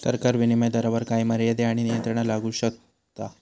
सरकार विनीमय दरावर काही मर्यादे आणि नियंत्रणा लादू शकता